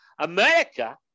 America